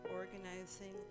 organizing